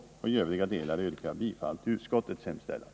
I övriga delar yrkar jag bifall till utskottets hemställan.